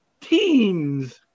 teens